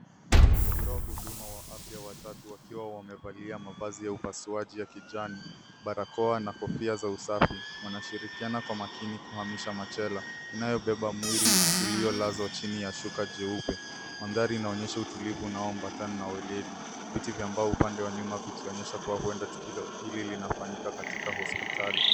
Watoa huduma wa afya watatu wakiwa wamevalia mavazi ya upasuaji ya kijani, barakoa na kofia za usafi mwanashirikiana kwa makini kuhamisha machela inayobeba mwili uliolazwa chini ya shuka jeupe. Mandhari inaonyesha utulivu naomba tena na ueredi. Viti vya mbao upande wa nyuma vikionyesha kuwa huenda tukio hili linafanyika katika hospitali.